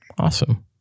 Awesome